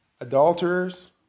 adulterers